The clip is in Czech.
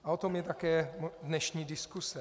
A o tom je také dnešní diskuse.